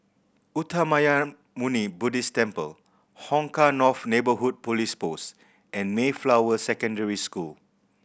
Uttamayanmuni Buddhist Temple Hong Kah North Neighbourhood Police Post and Mayflower Secondary School